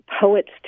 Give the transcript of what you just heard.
poets